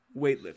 weightlifting